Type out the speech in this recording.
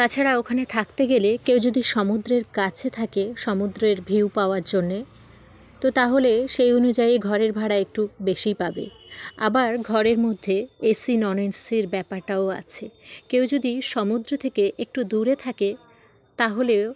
তাছাড়া ওখানে থাকতে গেলে কেউ যদি সমুদ্রের কাছে থাকে সমুদ্রের ভিউ পাওয়ার জন্যে তো তাহলে সেই অনুযায়ী ঘরের ভাড়া একটু বেশিই পাবে আবার ঘরের মধ্যে এসি নন এসির ব্যাপারটাও আছে কেউ যদি সমুদ্র থেকে একটু দূরে থাকে তাহলেও